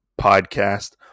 podcast